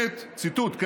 ציטוט: